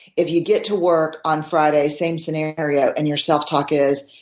if you get to work on friday same scenario and your self-talk is,